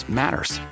matters